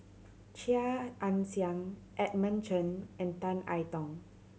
Chia Ann Siang Edmund Chen and Tan I Tong